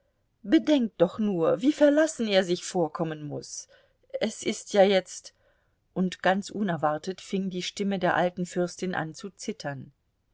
bedenkt doch nur wie verlassen er sich vorkommen muß es ist ja jetzt und ganz unerwartet fing die stimme der alten fürstin an zu zittern